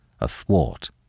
athwart